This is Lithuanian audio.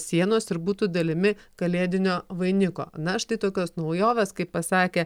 sienos ir būtų dalimi kalėdinio vainiko na štai tokios naujovės kaip pasakė